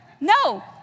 no